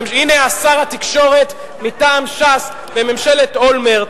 הנה שר התקשורת מטעם ש"ס בממשלת אולמרט,